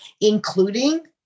including